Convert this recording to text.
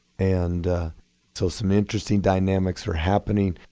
and so some interesting dynamics are happening.